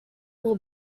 will